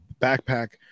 backpack